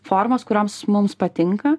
formas kurioms mums patinka